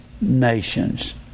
nations